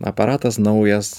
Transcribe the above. aparatas naujas